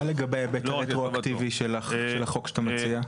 מה לגבי היבט הרטרואקטיבי של החוק שאתה מציע?